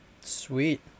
Sweet